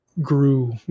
grew